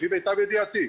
לפי מיטב ידיעתי.